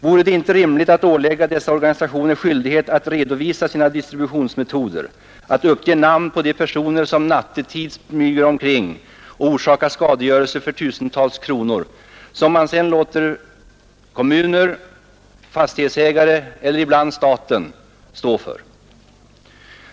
Vore det inte rimligt att ålägga dessa organisationer skyldighet att redovisa sina distributionsmetoder och att uppge namn på de personer som nattetid smyger omkring och orsakar skadegörelse för tusentals kronor, som man sedan låter kommuner, fastighetsägare eller ibland staten stå för?